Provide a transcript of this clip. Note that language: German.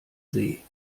see